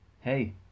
Hey